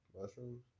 Mushrooms